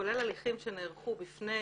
כולל הליכים שנערכו בפני